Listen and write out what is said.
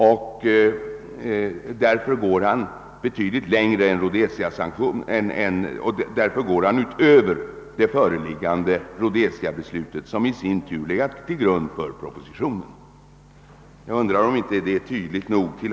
Då går herr Hermansson betydligt utöver de beslut som fattats mot Rhodesia och som i sin tur har legat till grund för propositionen. Jag hoppas att vad jag nu sagt är tydligt nog.